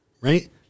right